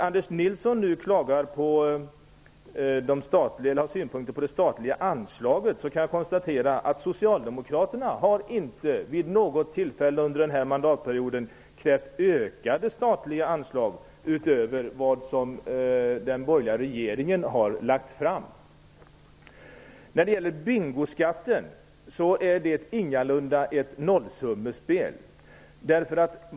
Anders Nilsson har synpunkter på det statliga anslaget, och jag kan konstatera att Socialdemokraterna inte vid något tillfälle under den här mandatperioden har krävt ökade statliga anslag utöver vad den borgerliga regeringen har lagt fram förslag om. Bingoskatten är ingalunda ett nollsummespel.